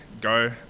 go